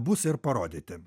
bus ir parodyti